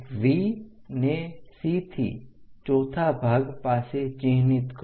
V ને C થી ચોથા ભાગ પાસે ચિહ્નિત કરો